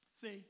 see